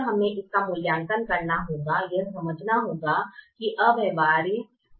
तब हमें इसका मूल्यांकन करना होगा यह समझना होगा कि यह अव्यवहार्य है